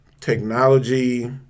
technology